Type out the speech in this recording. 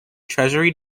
treasury